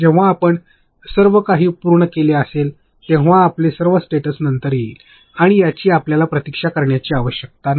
जेव्हा आपण सर्व काही पूर्ण केले असेल तेव्हा आपले सर्व स्टेटस नंतर येईल आणि याची आपल्याला प्रतीक्षा करण्याची आवश्यकता नाही